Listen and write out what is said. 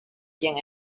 quién